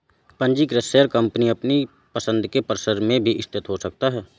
पंजीकृत share company अपनी पसंद के परिसर में भी स्थित हो सकता है